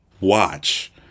watch